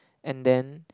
and then